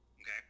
okay